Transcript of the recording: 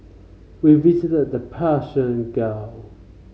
we visited the Persian Gulf